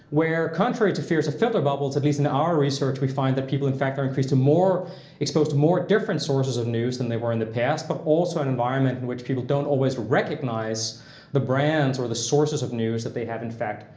where contrary to fears of filter bubbles, at least in our research, we find that people, in fact, are increasingly more exposed to more different sources of news than they were in the past. but also, an environment in which people don't always recognize the brands or the sources of news that they have, in fact,